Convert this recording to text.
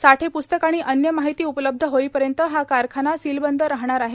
साठे प्स्तक आणि अन्य माहिती उपलब्ध होईपर्यंत हा कारखाना सीलबंद राहणार आहे